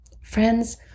Friends